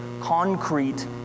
concrete